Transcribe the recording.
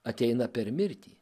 ateina per mirtį